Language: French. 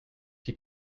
qui